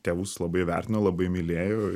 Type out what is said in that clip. tėvus labai vertino labai mylėjo